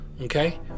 Okay